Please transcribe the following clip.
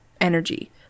energy